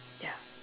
ya